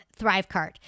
Thrivecart